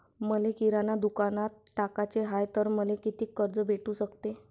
मले किराणा दुकानात टाकाचे हाय तर मले कितीक कर्ज भेटू सकते?